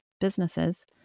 businesses